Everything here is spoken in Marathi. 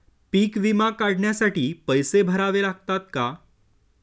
पीक विमा काढण्यासाठी पैसे भरावे लागतात का?